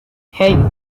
hey